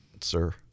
sir